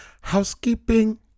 housekeeping